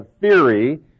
theory